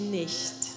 nicht